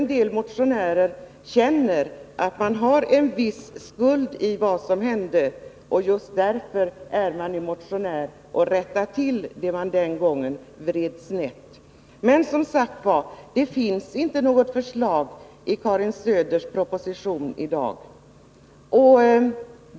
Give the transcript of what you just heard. En del av motionärerna känner kanske att de har en viss skuld i det som hände och vill därför rätta till det som den gången vreds snett. Men, som sagt, det finns inte något förslag som tillrättalägger detta i Karin Söders proposition.